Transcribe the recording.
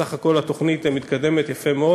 בסך הכול התוכנית מתקדמת יפה מאוד.